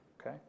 okay